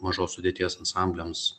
mažos sudėties ansambliams